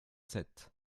sept